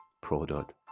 product